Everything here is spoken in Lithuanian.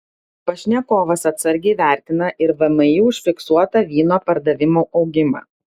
pašnekovas atsargiai vertina ir vmi užfiksuotą vyno pardavimų augimą